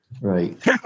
Right